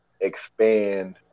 expand